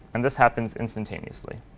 and this happens instantaneously.